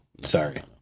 sorry